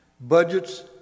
Budgets